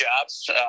jobs